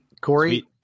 Corey